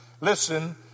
Listen